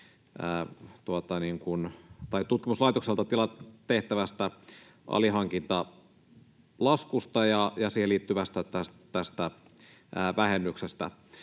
tutkimuslaitokselle tehtävään alihankintalaskuun liittyvästä vähennyksestä.